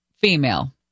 Female